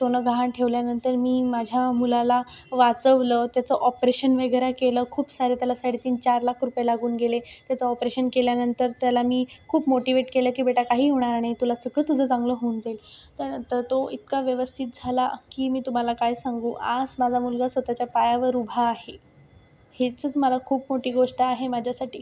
सोनं गहाण ठेवल्यानंतर मी माझ्या मुलाला वाचवलं त्याचं ऑपरेशन वगैरे केलं खूप सारे त्याला साडे तीन चार लाख रुपये लागून गेले त्याचं ऑपरेशन केल्यानंतर त्याला मी खूप मोटीवेट केलं की बेटा काहीही होणार नाही तुला सगळं तुझं चांगलं होऊन जाईल त्यानंतर तो इतका व्यवस्थित झाला की मी तुम्हाला काय सांगू आज माझा मुलगा स्वतःच्या पायावर उभा आहे हीच मला खूप मोठी गोष्ट आहे माझ्यासाठी